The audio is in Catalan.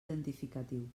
identificatiu